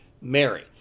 Mary